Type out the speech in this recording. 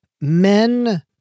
men